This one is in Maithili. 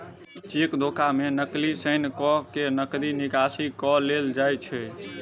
चेक धोखा मे नकली साइन क के नगदी निकासी क लेल जाइत छै